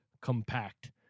compact